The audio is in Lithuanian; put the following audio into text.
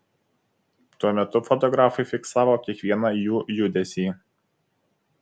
tuo metu fotografai fiksavo kiekvieną jų judesį